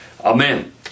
Amen